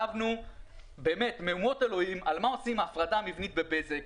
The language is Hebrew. רבנו והיו מהומות אלוהים על מה עושים הפרדה מבנית בבזק.